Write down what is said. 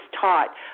taught